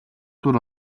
дүр